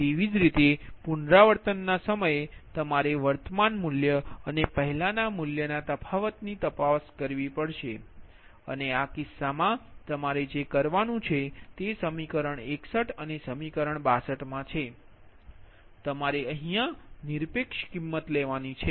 તેથી જ દરેક પુનરાવર્તનના સમયે તમારે વર્તમાન મૂલ્ય અને પહેલાના મૂલ્યના તફાવત ની તપાસ કરવી પડશે અને આ કિસ્સામાં તમારે જે કરવાનું છે તે સમીકરણ 61 અને સમીકરણ 62 મા છે તમારે અહીયા નિરપેક્ષ કિંમત લેવાની છે